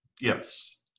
yes